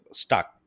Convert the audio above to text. stuck